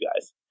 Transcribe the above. guys